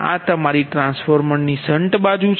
આ તમારી transformer shunt બાજુ છે